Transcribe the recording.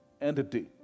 entity